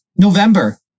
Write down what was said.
November